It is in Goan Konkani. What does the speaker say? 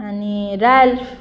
आनी राल्फ